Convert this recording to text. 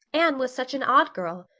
anne was such an odd girl.